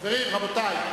הכנסת טיבי,